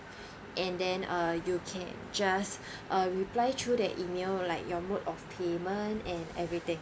and then uh you can just uh reply through that email like your mode of payment and everything